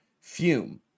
Fume